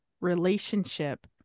relationship